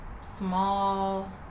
small